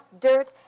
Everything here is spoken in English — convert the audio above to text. dirt